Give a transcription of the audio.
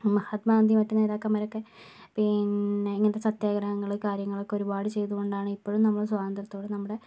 മഹാത്മാഗാന്ധി മറ്റു നേതാക്കന്മാരൊക്കെ പിന്നെ ഇങ്ങനത്തെ സത്യാഗ്രഹങ്ങൾ കാര്യങ്ങളൊക്കെ ഒരുപാട് ചെയ്തുകൊണ്ടാണ് ഇപ്പോഴും നമ്മൾ സ്വാതന്ത്രത്തോടെ നമ്മുടെ